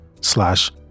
slash